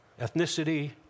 ethnicity